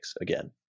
again